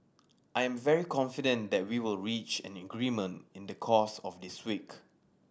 I am very confident that we will reach an agreement in the course of this week